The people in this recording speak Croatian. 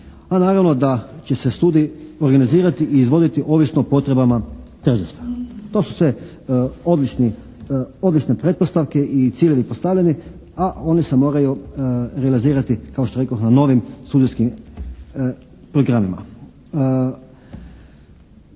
A naravno da će se studij organizirati i izvoditi ovisno o potrebama tržišta. To su sve obične pretpostavke i ciljevi postavljeni, a oni se moraju realizirati kao što rekoh na novih studijskim programima.